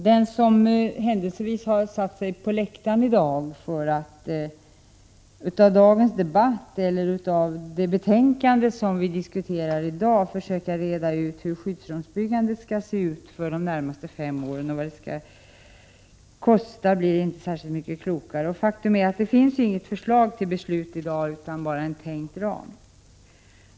Den som händelsevis har satt sig på åhörarläktaren för att av dagens debatt eller av det betänkande vi diskuterar försöka ta reda på hur skyddsrumsbyggandet skall bli under de närmaste fem åren och vad det skall kosta blir inte särskilt mycket klokare. Faktum är att det inte finns något förslag till beslut i dag, utan bara en tänkt ram.